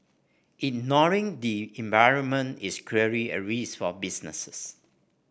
ignoring the environment is clearly a risk for businesses